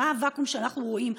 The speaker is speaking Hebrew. מה הוואקום שאנחנו רואים,